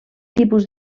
tipus